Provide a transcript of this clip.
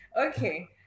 Okay